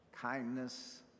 kindness